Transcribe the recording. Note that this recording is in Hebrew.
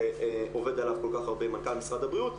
שעובד עליו כל כך הרבה מנכ"ל משרד הבריאות.